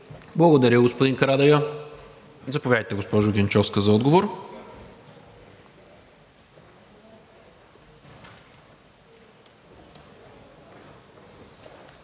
Благодаря, господин Карадайъ. Заповядайте, госпожо Генчовска, за отговор.